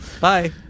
bye